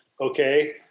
okay